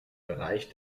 bereich